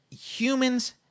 humans